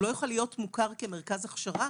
הוא לא יוכל להיות מוכר כמרכז הכשרה